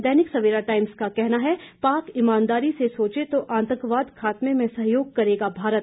दैनिक Savera Times का कहना है पाक ईमानदारी से सोचे तो आतंकवाद खात्मे में सहयोग करेगा भारत